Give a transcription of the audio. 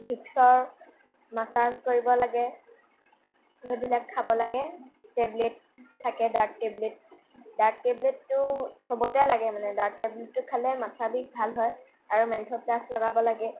ভিক্সৰ massage কৰিব লাগে সেইবিলাক খাব লাগে টেবলেট থাকে ডাৰ্ট টেবলেট ডাৰ্ট টেবলেটটো চবতে লাগে মানে সেইটো খালে মাথা বিষ ভাল হয় আৰু মেন্থ'প্লাছ লগাব লাগে